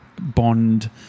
Bond